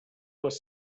les